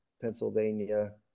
Pennsylvania